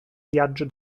viaggio